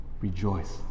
Rejoice